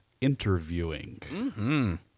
interviewing